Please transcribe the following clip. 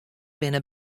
binne